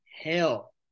Hell